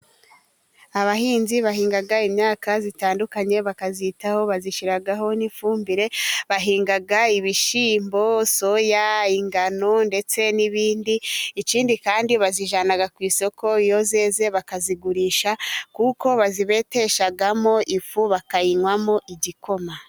Abahinzi bahinga imyaka itandukanye, bakayitaho bayishyiraho n'ifumbire, bahinga ibishyimbo, soya, ingano ndetse n'ibindi, ikindi kandi bazijyana ku isoko, iyo yeze bakazigurisha, kuko bazibeteshamo ifu, bakayinywamo igikoma.